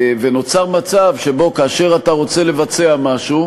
ונוצר מצב שבו כאשר אתה רוצה לבצע משהו,